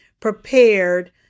prepared